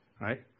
right